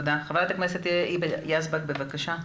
חברת הכנסת היבה יזבק, בבקשה.